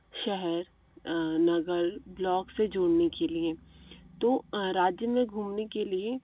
शहर नगर ब्लॉक से जोड़ने के लिए तो राज्य में घूमने के लिए